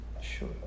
Sure